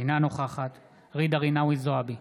אינה נוכחת ג'ידא רינאוי זועבי,